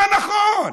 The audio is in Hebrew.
מה נכון?